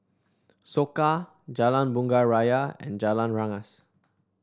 Soka Jalan Bunga Raya and Jalan Rengas